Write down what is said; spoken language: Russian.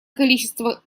количество